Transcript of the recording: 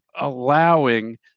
allowing